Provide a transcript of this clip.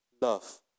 love